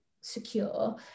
secure